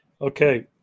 Okay